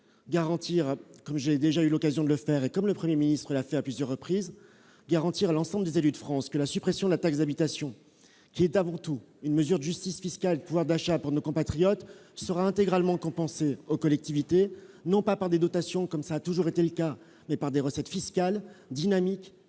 garantir, comme j'ai déjà eu l'occasion de le faire, de même que M. le Premier ministre à plusieurs reprises, à l'ensemble des élus de France que la suppression de la taxe d'habitation, qui est avant tout une mesure de justice fiscale et de pouvoir d'achat pour nos compatriotes, sera intégralement compensée aux collectivités, non par des dotations, comme cela a toujours été le cas, mais, à l'euro près, par des recettes fiscales dynamiques et pérennes,